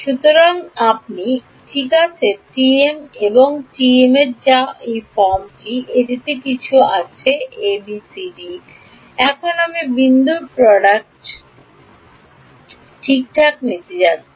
সুতরাং আপনি একটি আছে এবং যা এই ফর্মটির এটিতে কিছু A B C D রয়েছে এবং আমি বিন্দুর product ঠিকঠাক নিতে যাচ্ছি